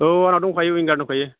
औ आंनाव दंखायो उइनगार दंखायो